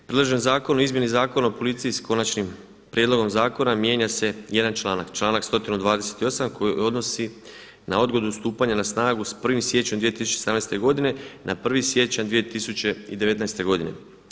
Predložen Zakon o izmjeni Zakona o policiji sa konačnim prijedlogom zakona mijenja se jedan članak, članak 128. koji se odnosi na odgodu stupanja na snagu sa 1. siječnjem 2017. godine na 1. siječanj 2019. godine.